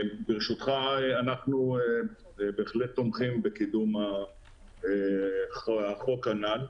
אנחנו בהחלט תומכים בקידום החוק הנ"ל.